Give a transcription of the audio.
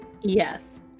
Yes